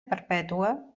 perpètua